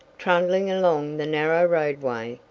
trundling along the narrow roadway,